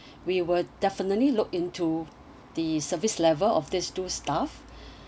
we will definitely look into the service level of this two staff